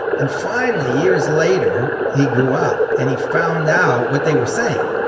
and finally, years later, he grew up and he found out what they were saying.